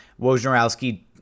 Wojnarowski